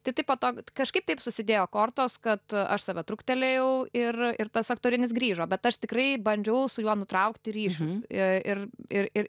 tai taip patogu kažkaip taip susidėjo kortos kad aš save truktelėjau ir ir tas aktorinis grįžo bet aš tikrai bandžiau su juo nutraukti ryšius e ir ir ir